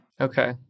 Okay